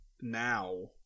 now